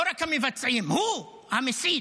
לא רק המבצעים, הוא, המסית.